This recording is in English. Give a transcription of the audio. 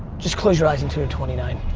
just close your eyes until you're twenty nine.